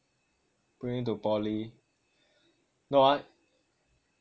bring him to poly no